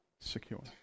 secure